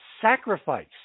sacrifice